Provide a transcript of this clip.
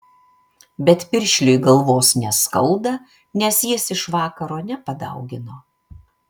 bet piršliui galvos neskauda nes jis iš vakaro nepadaugino